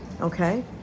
okay